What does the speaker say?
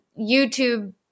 YouTube